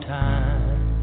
time